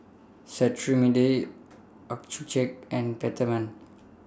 Cetrimide Accucheck and Peptamen